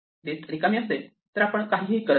list रिकामी असेल तर आपण काहीही करत नाही